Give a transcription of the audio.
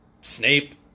Snape